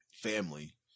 family